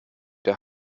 der